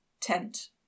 tent